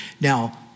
Now